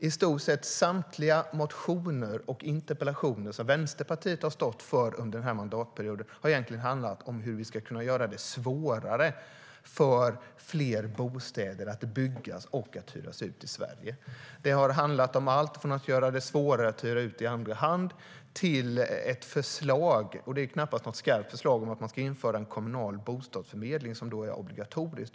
I stort sett samtliga motioner och interpellationer som Vänsterpartiet har stått för under mandatperioden har egentligen handlat om hur vi ska kunna göra det svårare för fler bostäder att byggas och att hyras ut i Sverige.Det har handlat om allt från att göra det svårare att hyra ut i andra hand till ett förslag - och det är knappast något skarpt förslag - om att man ska införa en kommunal bostadsförmedling som är obligatorisk.